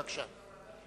בבקשה.